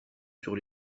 sur